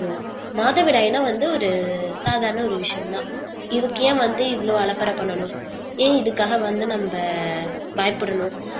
மாதவிடாயின்னால் வந்து ஒரு சாதாரண ஒரு விஷ்யம் தான் இதுக்கு ஏன் வந்து இவ்வளோ அலப்பறை பண்ணணும் ஏன் இதுக்காக வந்து நம்ம பயப்படணும்